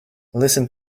listen